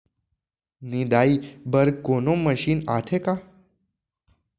निंदाई बर कोनो मशीन आथे का?